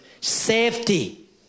Safety